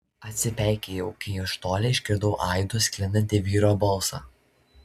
atsipeikėjau kai iš toli išgirdau aidu sklindantį vyro balsą